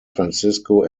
francisco